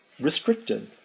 restricted